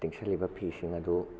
ꯇꯤꯡꯁꯤꯜꯂꯤꯕ ꯐꯤꯁꯤꯡ ꯑꯗꯨ